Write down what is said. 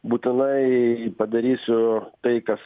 būtinai padarysiu tai kas